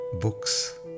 books